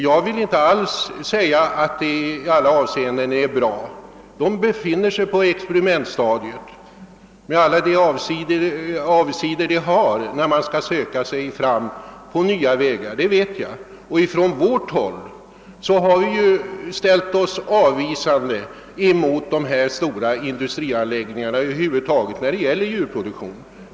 Jag vill inte alls säga att förhållan dena i alla avseenden är bra; man befinner sig på experimentstadiet med alla de avigsidor som finns när man söker sig fram på nya vägar. Och från vårt håll har vi ju ställt oss avvisande mot dessa stora industrianläggningar när det gäller djurproduktion.